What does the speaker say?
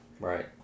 Right